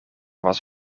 was